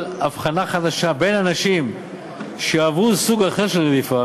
הבחנה חדשה בין אנשים שעברו סוג אחר של רדיפה,